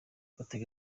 batega